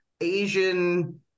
Asian